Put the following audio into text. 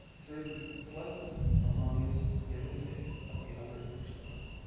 through the pleasant harmonious give-and-take of the other instruments,